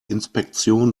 inspektion